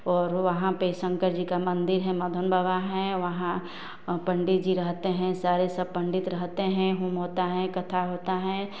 और वहाँ पर शंकर जी का मन्दिर है माधवानन्द बाबा हैं वहाँ पण्डित जी रहते हैं सारे सब पण्डित रहते हैं होम होता है कथा होती है